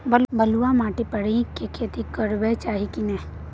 बलुआ माटी पर ईख के खेती करबा चाही की नय?